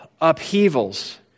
upheavals